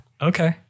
Okay